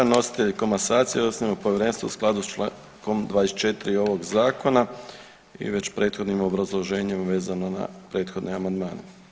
Nositelj komasacije osniva povjerenstvo u skladu s čl. 24. ovog zakona i već prethodnim obrazloženjem vezano na prethodne amandmane.